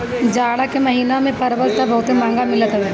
जाड़ा के महिना में परवल तअ बहुते महंग मिलत हवे